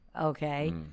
Okay